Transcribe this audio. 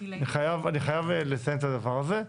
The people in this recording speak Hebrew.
אני חייב לציין את הדבר הזה.